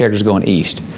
is going east.